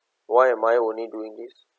why am I only doing this